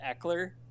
Eckler